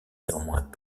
néanmoins